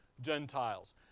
Gentiles